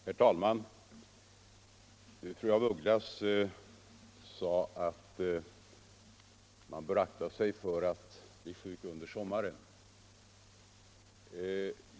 Herr talman! Fru af Ugglas sade att man bör akta sig för att bli sjuk under sommaren.